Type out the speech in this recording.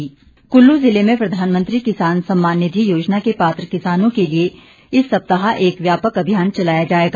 किसान सम्मान कुल्लू जिले में प्रधानमंत्री किसान सम्मान निधि योजना के पात्र किसानों के लिए इस सप्ताह एक व्यापक अभियान चलाया जाएगा